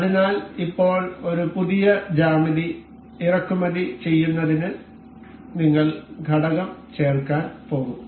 അതിനാൽ ഇപ്പോൾ ഒരു പുതിയ ജ്യാമിതി ഇറക്കുമതി ചെയ്യുന്നതിന് നിങ്ങൾ ഘടകം ചേർക്കാൻ പോകും